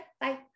bye